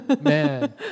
man